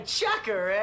chucker